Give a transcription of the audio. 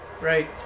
Right